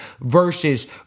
versus